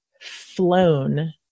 Flown